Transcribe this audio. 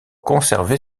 conserver